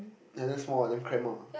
yeah damn small damn cramp ah